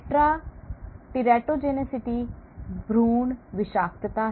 Teratogenicity भ्रूण विषाक्तता